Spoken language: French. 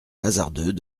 hasardeux